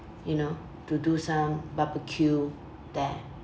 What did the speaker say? you know to do some barbeque there